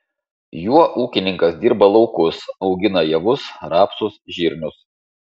juo ūkininkas dirba laukus augina javus rapsus žirnius